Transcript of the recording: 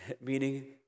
Meaning